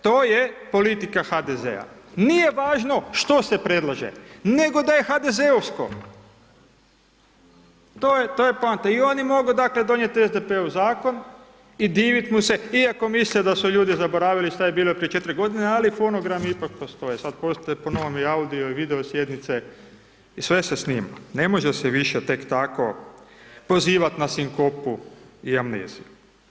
To je politika HDZ-a, nije važno što se predlaže, nego da je HDZ-ovsko, to je poanta i oni mogu, dakle, donijeti SDP-ov Zakon i divit mu se iako misle da su ljudi zaboravili šta je bilo prije 4 godine, ali fonogrami ipak postoje, sad postoje po novom i audio i video i sjednice i sve se snima, ne može se više tek tako pozivati na sinkopu i amneziju.